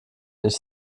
ich